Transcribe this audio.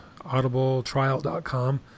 audibletrial.com